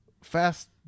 fast